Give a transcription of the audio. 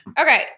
Okay